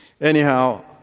Anyhow